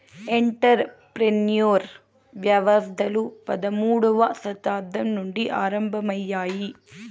enter ప్రెన్యూర్ వ్యవస్థలు పదమూడవ శతాబ్దం నుండి ఆరంభమయ్యాయి